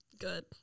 good